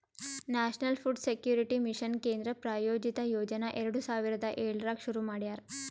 national food security mission ಕೇಂದ್ರ ಪ್ರಾಯೋಜಿತ ಯೋಜನಾ ಎರಡು ಸಾವಿರದ ಏಳರಾಗ್ ಶುರು ಮಾಡ್ಯಾರ